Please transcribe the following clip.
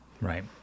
Right